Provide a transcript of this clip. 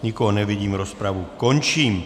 Nikoho nevidím, rozpravu končím.